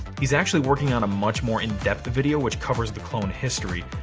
he's actually working on a much more in-depth video, which covers the clone history.